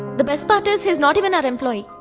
the best part is he is not even our employee.